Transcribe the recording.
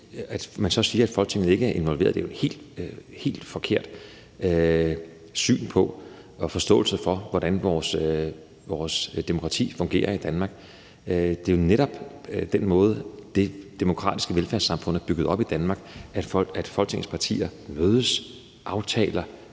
man siger, at Folketinget ikke af involveret, har man jo et helt forkert syn på og en forkert forståelse for, hvordan vores demokrati fungerer i Danmark. Det er jo netop den måde, det demokratiske velfærdssamfund er bygget op på i Danmark, altså ved at Folketingets partier mødes, aftaler